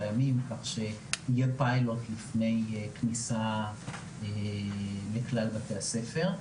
ימים כך שיהיה פיילוט לפני כניסה לכלל בתי הספר.